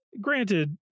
Granted